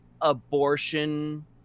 abortion